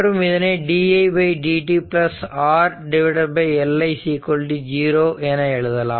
மற்றும் இதனை di dt R L i 0 என எழுதலாம்